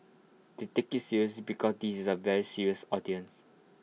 they take IT seriously because this is A very serious audience